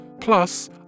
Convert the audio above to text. Plus